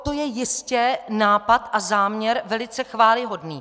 To je jistě nápad a záměr velice chvályhodný.